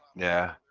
yeah,